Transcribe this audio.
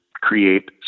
create